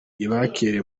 ibakire